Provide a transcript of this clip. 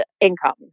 income